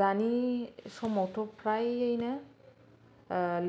दानि समावथ' फ्रायैनो